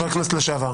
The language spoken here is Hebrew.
חבר כנסת לשעבר.